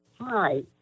Hi